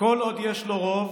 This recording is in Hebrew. כל עוד יש לו רוב,